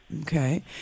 Okay